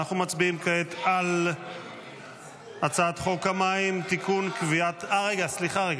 אנחנו מצביעים כעת על הצעת חוק המים, סליחה, רגע.